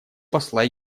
посла